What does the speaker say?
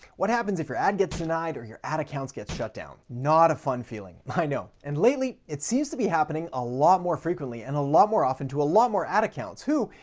what happens if your ad gets denied or your ad accounts get shut down. not a fun feeling, i know. and lately, it seems to be happening a lot more frequently and a lot more often to a lot more ad accounts, who,